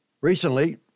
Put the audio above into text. Recently